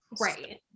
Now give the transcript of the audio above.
Right